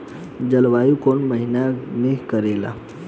जलवायु कौन महीना में करेला?